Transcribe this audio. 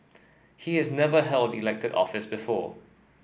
he has never held elected office before